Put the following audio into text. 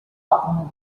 afternoon